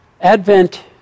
Advent